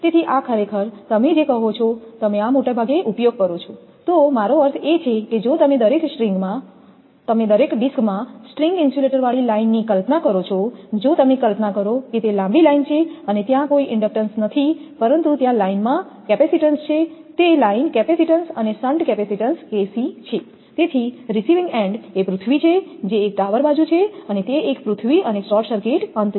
તેથી આ ખરેખર તમે જે કહો છો તમે આ મોટા ભાગે ઉપયોગ કરો છો તો મારો અર્થ એ છે કે જો તમે દરેક ડિસ્કમાં સ્ટ્રિંગ ઇન્સ્યુલેટરવાળી લાઇનની કલ્પના કરો છો જો તમે કલ્પના કરો કે તે લાંબી લાઈન છે અને ત્યાં કોઈ ઇન્ડક્ટન્સ નથી પરંતુ ત્યાં લાઇનમાં કેપેસિટીન્સ છે તે લાઇન કેપેસિટીન્સ અને શન્ટ કેપેસીટન્સ KC છે તેથી રીસીવિંગ એન્ડ એ પૃથ્વી છે જે એક ટાવર બાજુ છે તે એક પૃથ્વી અને શોર્ટ સર્કિટ અંત છે